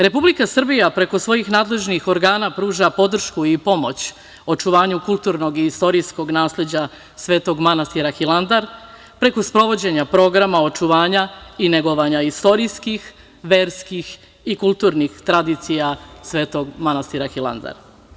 Republika Srbija preko svojih nadležnih organa pruža podršku i pomoć očuvanju kulturnog i istorijskog nasleđa Svetog manastira Hilandar, preko sprovođenja programa očuvanja i negovanja istorijskih, verskih i kulturnih tradicija Svetog manastira Hilandar.